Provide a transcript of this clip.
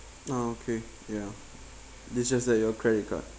uh okay ya this just at your credit card